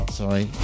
sorry